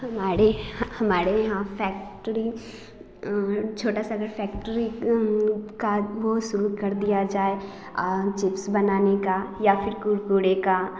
हमारे हमारे यहाँ फैक्ट्री और छोटा सा अगर फैक्ट्री का वो शुरू कर दिया जाए चिप्स बनाने का या फिर कुरकुरे का